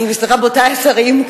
רבותי השרים,